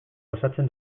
osatzen